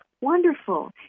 Wonderful